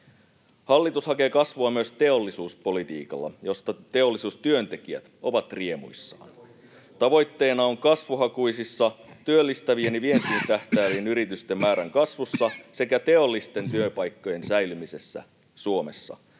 Hallitus hakee kasvua myös teollisuuspolitiikalla, josta teollisuustyöntekijät ovat riemuissaan. [Jouni Ovaskan välihuuto] Tavoite on kasvuhakuisten, työllistävien ja vientiin tähtäävien yritysten määrän kasvussa sekä teollisten työpaikkojen säilymisessä Suomessa.